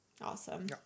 Awesome